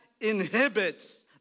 inhibits